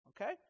okay